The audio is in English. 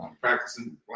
practicing